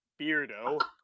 Beardo